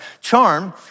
Charm